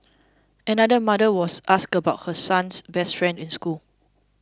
another mother was asked about her son's best friend in school